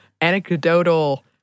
anecdotal